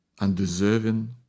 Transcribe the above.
undeserving